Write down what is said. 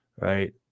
right